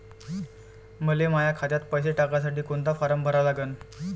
मले माह्या खात्यात पैसे टाकासाठी कोंता फारम भरा लागन?